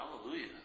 Hallelujah